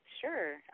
Sure